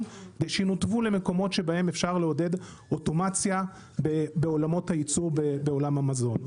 ושינותבו למקומות שבהם אפשר לעודד אוטומציה בעולמות הייצור בעולם המזון.